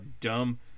dumb